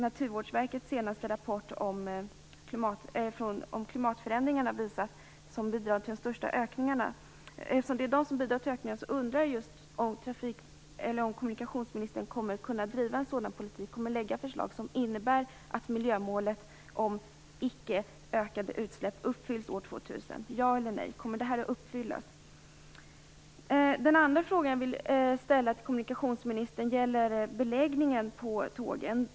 Naturvårdsverkets senaste rapport om klimatförändringarna visar att trafiken bidrar mest till ökningarna av utsläppen. Jag undrar om kommunikationsministern kommer att kunna driva en politik och lägga fram förslag som innebär att miljömålet, dvs. att utsläppen inte skall öka, uppfylls år 2 000. Kommer målen att uppfyllas? Den andra frågan jag vill ställa till kommunikationsministern gäller beläggningen på tågen.